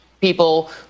people